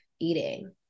eating